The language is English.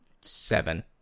seven